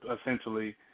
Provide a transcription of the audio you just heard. essentially